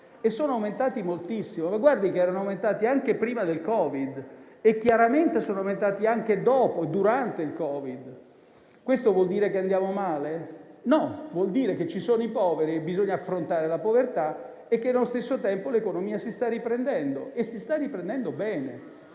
sono aumentati moltissimo, ma guardi che erano aumentati anche prima del Covid-19; chiaramente sono aumentati anche durante e dopo il Covid. Questo vuol dire che andiamo male? No, vuol dire che ci sono i poveri, che bisogna affrontare la povertà e che, allo stesso tempo, l'economia si sta riprendendo e lo sta facendo bene,